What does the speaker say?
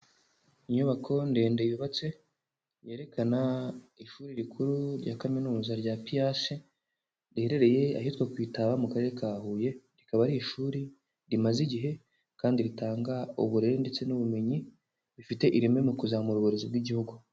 Inyubako ndende yubatse yerekana ishuri rikuru rya Kaminuza rya PIASS, riherereye ahitwa ku Itaba mu Karere ka Huye, rikaba ari ishuri rimaze igihe kandi ritanga uburere ndetse n'ubumenyi bifite ireme mu kuzamura uburezi bw'igihugu.